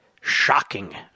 shocking